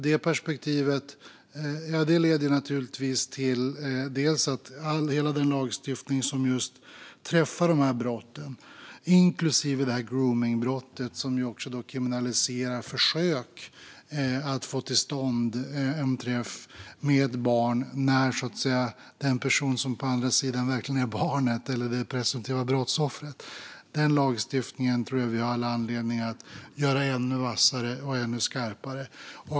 Det perspektivet leder till att vi har all anledning att göra hela den lagstiftning som träffar dessa brott - inklusive gromningsbrottet, som också kriminaliserar försök att få till stånd en träff med barn när personen på andra sidan verkligen är barnet, det presumtiva brottsoffret - ännu vassare och skarpare.